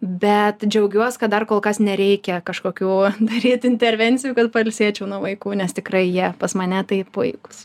bet džiaugiuos kad dar kol kas nereikia kažkokių daryt intervencijų kad pailsėčiau nuo vaikų nes tikrai jie pas mane tai puikūs